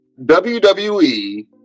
WWE